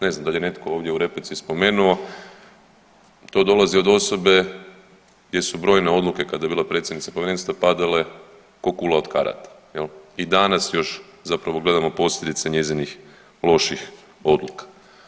Ne znam da li je netko ovdje u replici spomenuo to dolazi od osobe gdje su brojne odluke kada je bila predsjednica Povjerenstva padale kao kula od karata i danas još zapravo gledamo posljedice njezinih loših odluka.